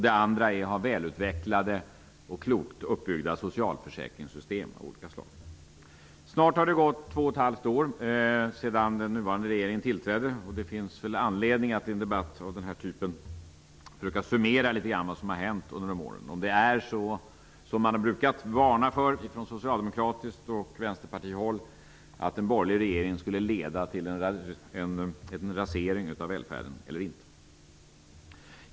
Den andra är att ha välutvecklade och klokt uppbyggda socialförsäkringssystem av olika slag. Snart har det gått två och ett halvt år sedan den nuvarande regeringen tillträdde. Det finns anledning att i en debatt av den här typen försöka summera litet grand vad som har hänt under de åren. Är det så, som man brukat varna för från socialdemokratiskt håll och Vänsterpartihåll, att en borgerlig regering skulle leda till en rasering av välfärden?